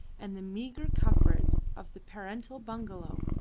and the meagre comforts of the parental bungalow,